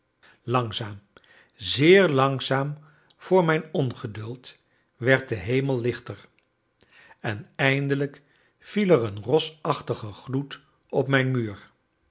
langzaam zeer langzaam voor mijn ongeduld werd de hemel lichter en eindelijk viel er een rosachtige gloed op mijn muur